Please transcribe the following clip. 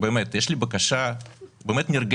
יש לי בקשה נרגשת,